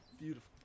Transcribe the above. Beautiful